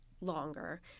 longer